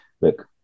look